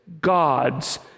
God's